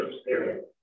spirit